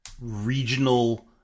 regional